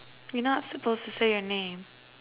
you're not supposed to say your name